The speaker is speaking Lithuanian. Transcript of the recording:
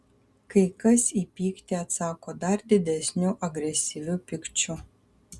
kai kas į pyktį atsako dar didesniu agresyviu pykčiu